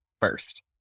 first